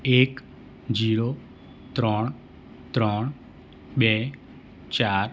એક ઝીરો ત્રણ ત્રણ બે ચાર